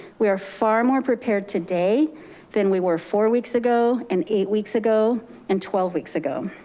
we are far more prepared today than we were four weeks ago and eight weeks ago and twelve weeks ago.